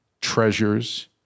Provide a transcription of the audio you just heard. treasures